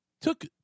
took